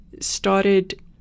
started